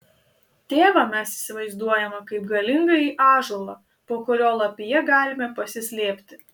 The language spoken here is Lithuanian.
tėvą mes įsivaizduojame kaip galingąjį ąžuolą po kurio lapija galime pasislėpti